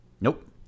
Nope